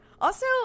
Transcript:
Also-